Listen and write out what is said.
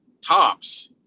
tops